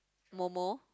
Momo